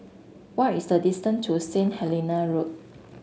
what is the distance to Saint Helena Road